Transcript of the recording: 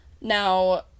now